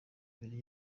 ibiri